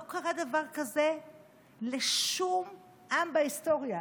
לא קרה דבר כזה לשום עם בהיסטוריה.